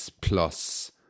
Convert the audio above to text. plus